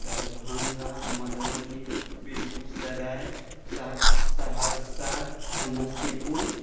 Darbhanga Madhubani Begusarai Saharsa Samastipur